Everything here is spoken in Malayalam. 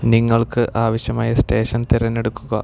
നിങ്ങൾക്ക് ആവശ്യമായ സ്റ്റേഷൻ തിരഞ്ഞെടുക്കുക